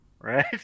Right